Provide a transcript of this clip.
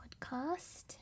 podcast